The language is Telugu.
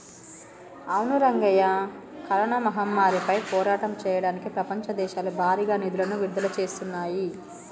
అవును రంగయ్య కరోనా మహమ్మారిపై పోరాటం చేయడానికి ప్రపంచ దేశాలు భారీగా నిధులను విడుదల చేస్తున్నాయి